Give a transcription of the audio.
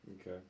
Okay